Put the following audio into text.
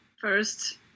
first